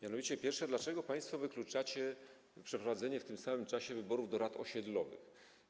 Mianowicie pierwsze: Dlaczego państwo wykluczacie przeprowadzenie w tym samym czasie wyborów do rad osiedlowych?